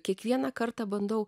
kiekvieną kartą bandau